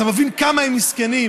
אתה מבין כמה הם מסכנים,